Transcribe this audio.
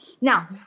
Now